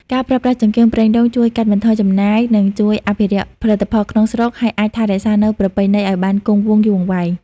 ការប្រើប្រាស់ចង្កៀងប្រេងដូងជួយកាត់បន្ថយចំណាយនិងជួយអភិរក្សផលិតផលក្នុងស្រុកហើយអាចថែរក្សានូវប្រពៃណីឲ្យបានគង់វង្សយូរអង្វែង។